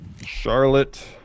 Charlotte